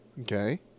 Okay